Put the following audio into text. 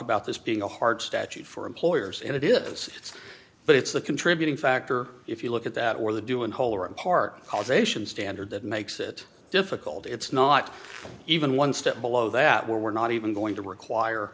about this being a hard statute for employers and it is but it's the contributing factor if you look at that or the do in whole or in part causation standard that makes it difficult it's not even one step below that we're not even going to require